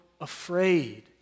afraid